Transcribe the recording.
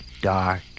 dark